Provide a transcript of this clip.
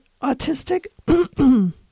autistic